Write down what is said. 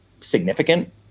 significant